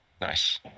nice